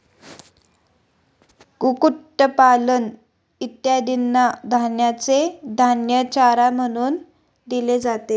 कुक्कुटपालन इत्यादींना धान्याचे धान्य चारा म्हणून दिले जाते